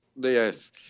Yes